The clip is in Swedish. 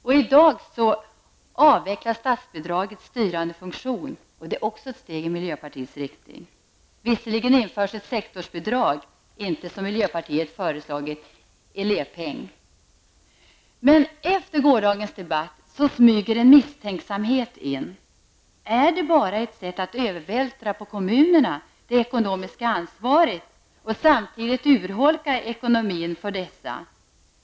Också det är ett steg i miljöpartiets riktning. Visserligen införs ett sektorsbidrag och inte en elevpeng, som är miljöpartiets förslag. Men efter gårdagens debatt uppstår en misstänksamhet om att detta bara är ett sätt att övervältra det ekonomiska ansvaret på kommunerna och samtidigt urholka ekonomin för dem.